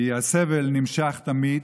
כי הסבל נמשך תמיד,